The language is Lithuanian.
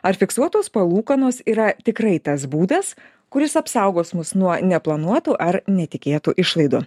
ar fiksuotos palūkanos yra tikrai tas būdas kuris apsaugos mus nuo neplanuotų ar netikėtų išlaidų